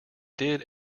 did